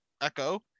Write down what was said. Echo